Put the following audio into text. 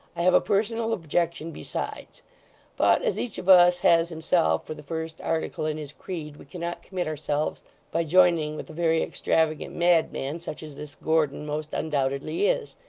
i have a personal objection besides but as each of us has himself for the first article in his creed, we cannot commit ourselves by joining with a very extravagant madman, such as this gordon most undoubtedly is.